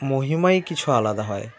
মহিমাই কিছু আলাদা হয়